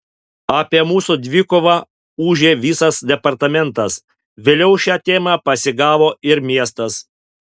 apie mūsų dvikovą ūžė visas departamentas vėliau šią temą pasigavo ir miestas